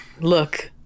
Look